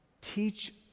teach